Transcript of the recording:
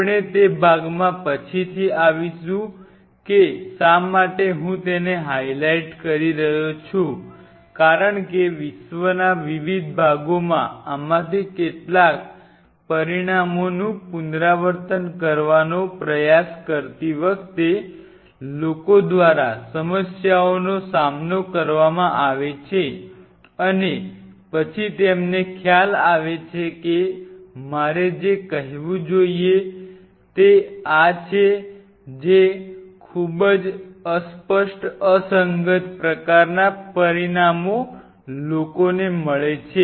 આપણે તે ભાગમાં પછીથી આવીશું કે શા માટે હું તેને હાઈલાઈટ કરી રહ્યો છું કારણ કે વિશ્વના વિવિધ ભાગોમાં આમાંથી કેટલાક પરિણામોનું પુનરાવર્તન કરવાનો પ્રયાસ કરતી વખતે લોકો દ્વારા સમસ્યાઓનો સામનો કરવામાં આવે છે અને પછી તેમને ખ્યાલ આવે છે કે મારે જે કહેવું જોઈએ તે આ છે ખૂબ જ અસ્પષ્ટ અસંગત પ્રકારના પરિણામો લોકોને મળે છે